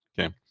Okay